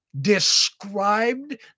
described